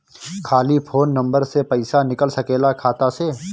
खाली phone number से पईसा निकल सकेला खाता से?